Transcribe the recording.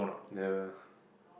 never